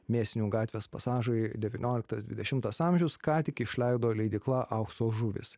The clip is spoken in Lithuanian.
mėsinių gatvės pasažui devynioliktas dvidešimtas amžius ką tik išleido leidykla aukso žuvys